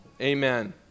Amen